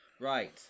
right